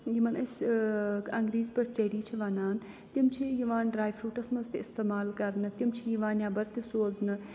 یِمَن أسۍ انٛگریٖز پٲٹھۍ چیٚری چھِ وَنان تِم چھِ یِوان ڈرٛاے فرٛوٗٹَس منٛز تہِ اِستعمال کَرنہٕ تِم چھِ یِوان نٮ۪بَر تہِ سوزنہٕ